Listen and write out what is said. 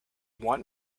want